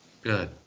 Good